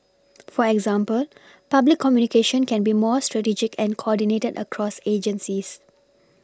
for example public communication can be more strategic and coordinated across agencies